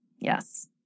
Yes